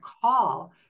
call